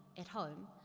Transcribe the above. at home,